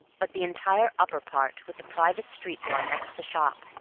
but the entire upper part, with the private street-door next the shop,